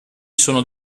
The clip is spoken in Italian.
sono